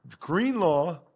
Greenlaw